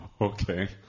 Okay